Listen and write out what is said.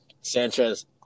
Sanchez